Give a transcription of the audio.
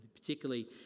Particularly